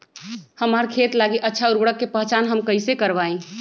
हमार खेत लागी अच्छा उर्वरक के पहचान हम कैसे करवाई?